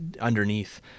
underneath